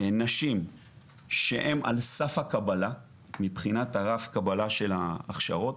נשים שהן על סף הקבלה מבחינת הרף קבלה של ההכשרות,